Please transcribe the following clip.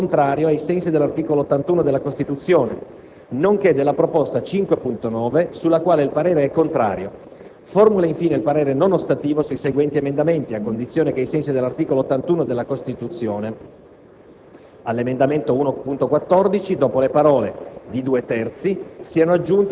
5.0.1, 6.2 e 7.20, sulle quali il parere è contrario ai sensi dell'articolo 81 della Costituzione, nonché della proposta 5.9, sulla quale il parere è contrario. Formula infine parere non ostativo sui seguenti emendamenti, a condizione che, ai sensi dell'articolo 81 della Costituzione: